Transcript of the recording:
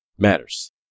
Matters